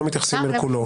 אני לא מתקן עוול בעוול.